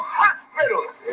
hospitals